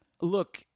look